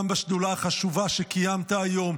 גם בשדולה החשובה שקיימת היום,